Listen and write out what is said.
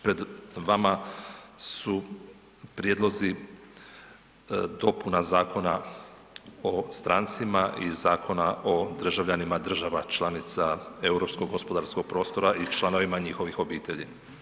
Pred vama su prijedlozi dopuna Zakona o strancima i Zakona o državljanima država članica europskog gospodarskog prostora i članovima njihovih obitelji.